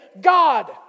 God